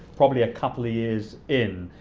probably a couple of years in,